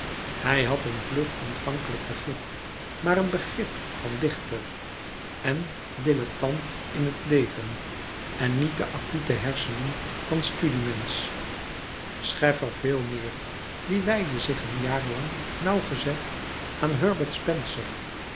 hij had een vlug ontvankelijk begrip maar een begrip louis couperus metamorfoze van dichter en dillettant in het leven en niet de acute hersenen van studie mensch scheffer veel meer die wijdde zich een jaar lang nauwgezet aan herbert spencer